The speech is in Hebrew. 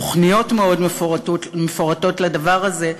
ותוכניות מאוד מפורטות לדבר הזה,